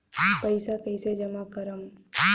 पैसा कईसे जामा करम?